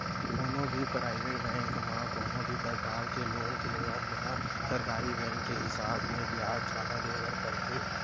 कोनो भी private bank म कोनो भी परकार के लोन के लेवब म सरकारी बेंक के हिसाब ले बियाज जादा देय बर परथे